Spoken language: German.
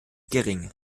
gering